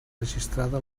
registrada